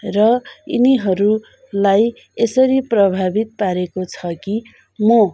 र यिनीहरूलाई यसरी प्रभावित पारेको छ कि म